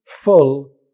full